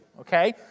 okay